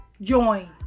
join